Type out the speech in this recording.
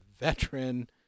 veteran